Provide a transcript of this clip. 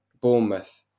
Bournemouth